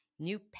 New